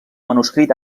manuscrit